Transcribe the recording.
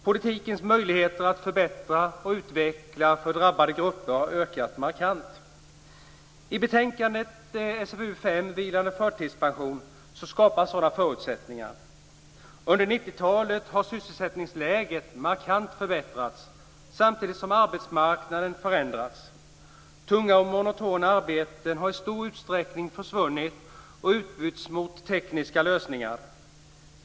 Politikens möjligheter att förbättra och utveckla för drabbade grupper har ökat markant. I betänkande SfU5, Vilande förtidspension, skapas sådana förutsättningar. Under 90-talet har sysselsättningsläget markant förbättrats, samtidigt som arbetsmarknaden förändrats. Tunga och monotona arbeten har i stor utsträckning försvunnit och utbytts mot tekniska lösningar.